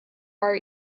our